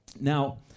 Now